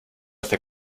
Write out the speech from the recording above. hace